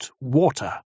water